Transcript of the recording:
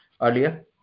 earlier